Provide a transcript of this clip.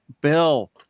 Bill